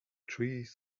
trees